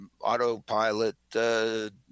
autopilot